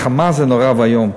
החרמה זה נורא ואיום.